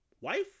wife